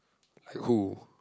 who